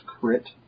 crit